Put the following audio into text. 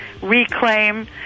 Reclaim